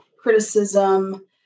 criticism